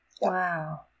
wow